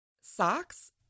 Socks